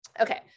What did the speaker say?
Okay